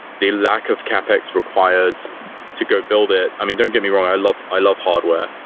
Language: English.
the lack of capex required to go build it i mean, don't get me wrong. i love i love hardware.